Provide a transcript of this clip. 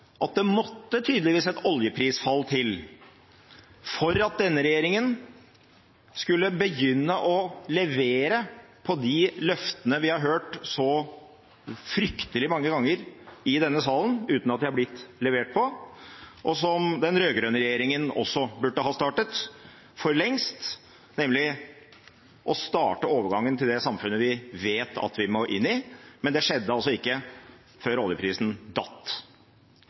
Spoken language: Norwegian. at det tydeligvis måtte et oljeprisfall til for at denne regjeringen skulle begynne å levere på de løftene vi har hørt så fryktelig mange ganger i denne salen, uten at de er blitt levert på – noe også den rød-grønne regjeringen burde ha gjort for lengst – nemlig å starte overgangen til det samfunnet vi vet at vi må inn i. Men det skjedde altså ikke før oljeprisen datt.